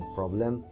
problem